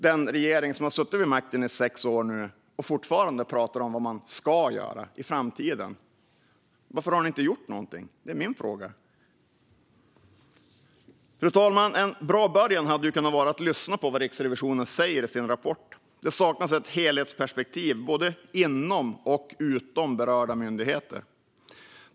Den regering som suttit vid makten i sex år talar fortfarande om vad den ska göra i framtiden. Varför har ni inte gjort någonting? Det är min fråga. Fru talman! En bra början hade kunnat vara att lyssna på vad Riksrevisionen säger i sin rapport: Det saknas ett helhetsperspektiv både inom och utom berörda myndigheter.